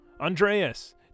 Andreas